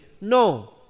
No